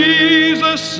Jesus